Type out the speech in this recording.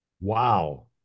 Wow